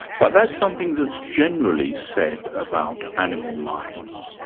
but that's something that's generally said about animal minds.